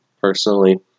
personally